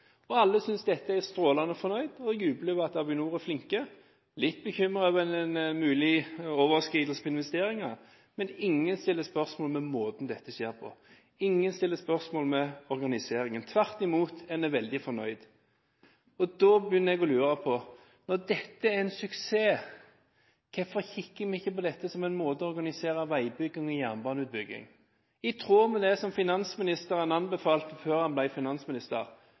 og alle er strålende fornøyd og jubler over at Avinor er flinke. En er litt bekymret over en mulig overskridelse på investeringer, men ingen stiller spørsmål ved måten dette skjer på, ingen stiller spørsmål ved organiseringen. Tvert imot er en veldig fornøyd. Da begynner jeg å lure: Når dette er en suksess, hvorfor kikker vi ikke på dette som en måte å organisere veibygging og jernbaneutbygging på – i tråd med det som finansministeren anbefalte før han ble finansminister,